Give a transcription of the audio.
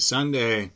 Sunday